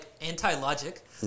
anti-logic